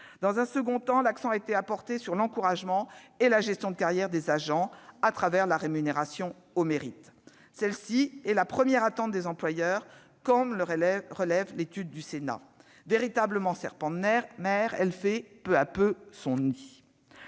Dans un deuxième temps, l'accent a été porté sur l'encouragement et la gestion de carrière des agents au travers de la rémunération au mérite. Celle-ci est la première attente des employeurs, comme le révèle une étude du Sénat. Véritable serpent de mer, elle fait peu à peu son nid.